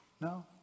No